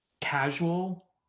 casual